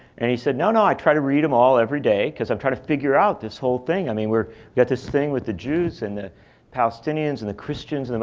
and he said, no, no. i try to read them all every day, because i'm trying to figure out this whole thing. i mean we've got this thing with the jews and the palestinians and the christians. and